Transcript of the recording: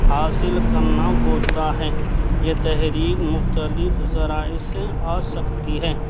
حاصل کرنا ہوتا ہے یہ تحریک مختلف ذرائع سے آ سکتی ہے